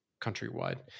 countrywide